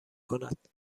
کند